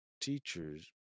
teachers